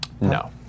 No